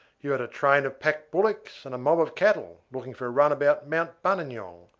you had a train of pack bullocks and a mob of cattle, looking for a run about mount buninyong.